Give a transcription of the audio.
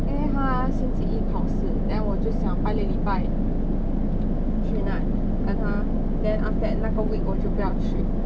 因为他星期一考试 then 我就想拜六礼拜去那里 then 他 then after that 那个 week 我就不要去